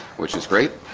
which is great